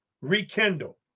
Rekindle